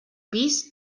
pis